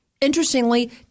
interestingly